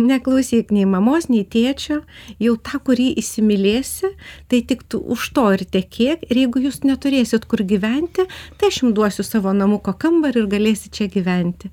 neklausyk nei mamos nei tėčio jau tą kurį įsimylėsi tai tik tu už to ir tekėk ir jeigu jūs neturėsit kur gyventi tai aš jum duosiu savo namuko kambarį ir galėsi čia gyventi